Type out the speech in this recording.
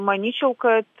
manyčiau kad